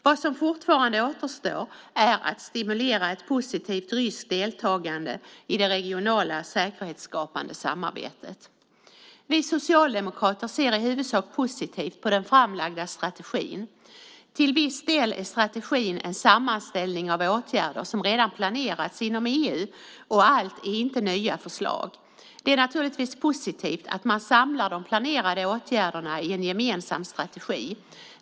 Vad som fortfarande återstår är att stimulera ett positivt ryskt deltagande i det regionala säkerhetsskapande samarbetet. Vi socialdemokrater ser i huvudsak positivt på den framlagda strategin. Till viss del är strategin en sammanställning av åtgärder som redan har planerats inom EU, och allt är inte nya förslag. Det är naturligtvis positivt att man samlar de planerade åtgärderna i en gemensam strategi.